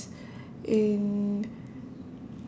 in